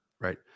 Right